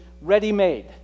ready-made